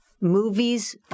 Movies